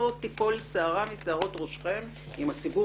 לא תיפול שערה משערותך ראשכם אם הציבור